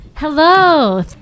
Hello